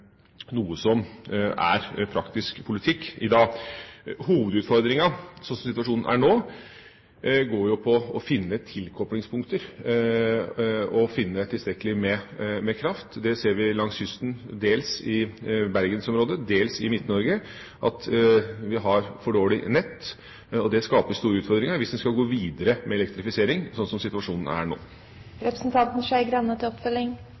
praktisk politikk i dag. Hovedutfordringa sånn som situasjonen er nå, går på å finne tilkoplingspunkter og å finne tilstrekkelig med kraft. Vi ser langs kysten, dels i Bergen-området, dels i Midt-Norge, at vi har for dårlig nett. Det skaper store utfordringer hvis en skal gå videre med elektrifisering, sånn som situasjonen er